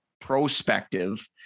prospective